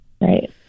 Right